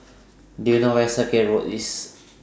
Do YOU know Where IS Circuit Road